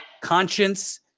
conscience